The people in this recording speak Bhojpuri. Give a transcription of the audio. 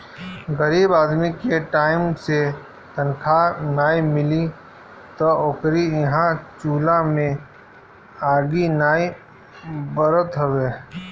गरीब आदमी के टाइम से तनखा नाइ मिली तअ ओकरी इहां चुला में आगि नाइ बरत हवे